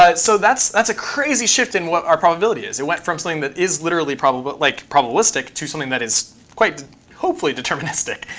ah so that's that's a crazy shift in what our probability is. it went from something that is literally but like probabilistic to something that is quite hopefully deterministic.